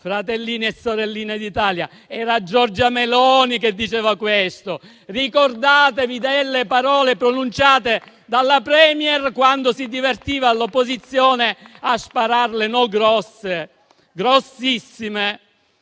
Fratellini e sorelline d'Italia, era Giorgia Meloni che diceva questo. Ricordatevi delle parole pronunciate dalla *Premier* quando si divertiva all'opposizione a spararle non grosse, ma grossissime.